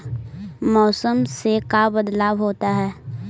मौसम से का बदलाव होता है?